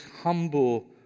humble